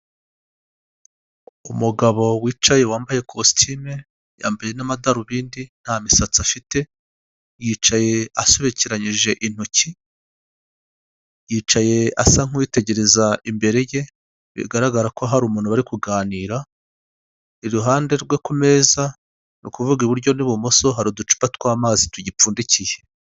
Umugabo wicaye wambaye ikositime yambaye n'amadarubindi nta misatsi afite, yicaye asobekeranyije intoki, yicaye asa nkuwitegereza imbere ye bigaragara ko hari umuntu wari kuganira, iruhande rwe ku meza n'ukuvuga iburyo n'ibumoso hari uducupa tw'amazi tugipfundikiye.